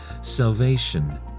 Salvation